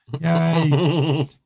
Yay